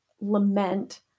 lament